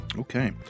Okay